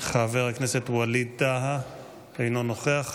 חבר הכנסת ווליד טאהא, אינו נוכח,